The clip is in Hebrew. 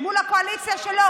מול הקואליציה שלו,